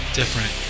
different